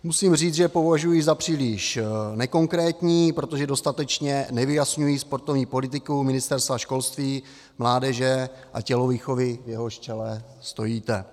Musím říct, že je považuji za příliš nekonkrétní, protože dostatečně nevyjasňují sportovní politiku Ministerstva školství, mládeže a tělovýchovy, v jehož čele stojíte.